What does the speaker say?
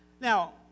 Now